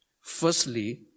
Firstly